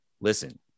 Listen